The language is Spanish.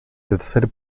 tercer